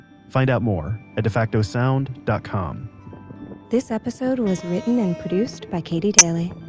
find out more at defacto sound dot com this episode was written and produced by katy daily.